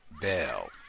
bell